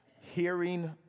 hearing